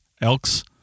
elks